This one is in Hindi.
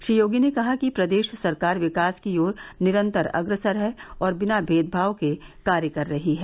श्री योगी ने कहा कि प्रर्देश सरकार विकास की ओर निरन्तर अग्रसर है और बिना भेदभाव के कार्य कर रही है